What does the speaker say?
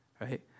right